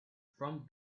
from